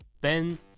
Ben